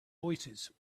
voicesand